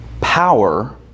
power